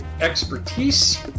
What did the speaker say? expertise